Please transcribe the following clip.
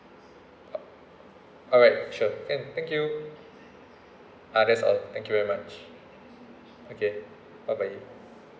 alright sure can thank you ah that's all thank you very much okay bye bye